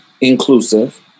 inclusive